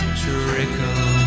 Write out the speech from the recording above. trickle